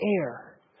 air